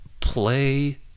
play